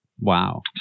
wow